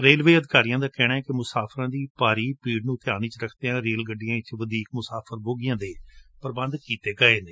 railway ਅਧਿਕਾਰੀਆਂ ਦਾ ਕਹਿਣੈ ਕਿ ਮੁਸਾਫਰਾਂ ਦੀ ਭੀੜ ਨੂੰ ਧਿਆਨ ਵਿਚ ਰਖਦਿਆਂ ਰੇਲ ਗੱਡੀਆਂ ਵਿਚ ਵਧੀਕ ਮੁਸਾਫਰ ਬੋਗੀਆਂ ਦੇ ਪ੍ਬੰਧ ਕੀਤੇ ਗਏ ਨੇ